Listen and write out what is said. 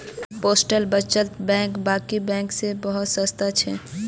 postal बचत bank बाकी बैंकों से बहुत सस्ता छे